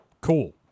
cool